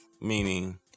Meaning